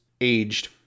aged